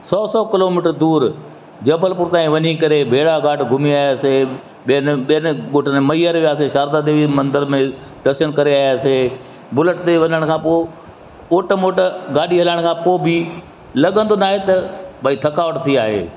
सौ सौ किलोमीटर दूरि जबलपुर ताईं वञी करे भेरा घटा घुमी आयसि ॿियनि ॿियनि गोठु मैयर वियासि शारदा देवी मंदिर में दर्शनु करे आयासीं बुलेट ते वञण खां पोइ ओट मोट गाॾी हलाइण खां पोइ बि लॻंदो न आहे त भाई थकावटु थी आहे